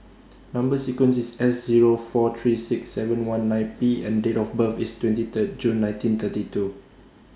Number sequence IS S Zero four three six seven one nine P and Date of birth IS twenty Third June nineteen thirty two